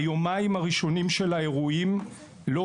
ביומיים הראשונים של האירועים המשטרה